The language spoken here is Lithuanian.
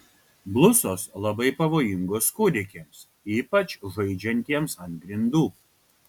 blusos labai pavojingos kūdikiams ypač žaidžiantiems ant grindų